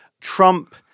Trump